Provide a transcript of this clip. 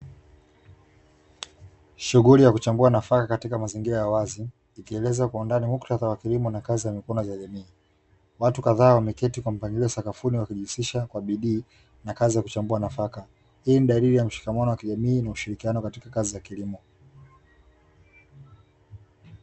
Shughuli ya kuchambua nafaka katika mazingira ya wazi, ikieleza kwa undani muktadha wa kilimo na kazi za mikono za jamii. Watu kadhaa wameketi kwa mpangilio sakafuni wakijihusisha kwa bidii na kazi za kuchambua nafaka. Hii ni dalili ya mshikamano wa kijamii na ushirikiano katika kazi za kilimo.